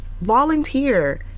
volunteer